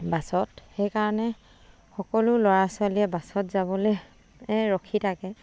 বাছত সেইকাৰণে সকলো ল'ৰা ছোৱালীয়ে বাছত যাবলৈ ৰখি থাকে